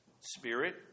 spirit